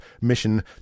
mission